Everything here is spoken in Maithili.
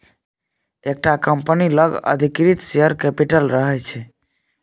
एकटा कंपनी लग अधिकृत शेयर कैपिटल रहय छै